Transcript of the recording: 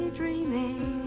dreaming